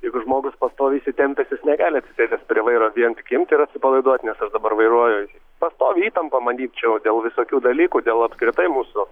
juk žmogus pastoviai įsitempęs jis negali atsisėdęs prie vairo vien tik imti ir atsipalaiduoti nes aš dabar vairuoju pastovią įtampą manyčiau dėl visokių dalykų dėl apskritai mūsų